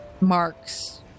marks